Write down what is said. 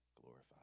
glorified